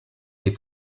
les